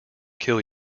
kill